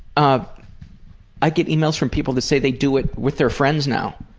um i get emails from people that say they do it with their friends now,